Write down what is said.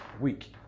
week